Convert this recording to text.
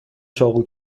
چاقو